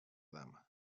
dama